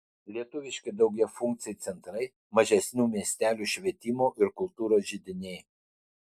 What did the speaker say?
lietuviški daugiafunkciai centrai mažesnių miestelių švietimo ir kultūros židiniai